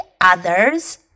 others